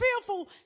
fearful